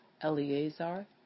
Eleazar